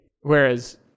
Whereas